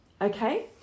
Okay